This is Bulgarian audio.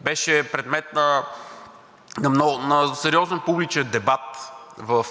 беше предмет на сериозен публичен дебат в